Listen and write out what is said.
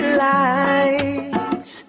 lights